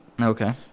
Okay